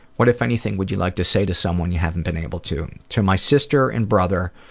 what, if anything, would you like to say to someone you haven't been able to to my sister and brother